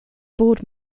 board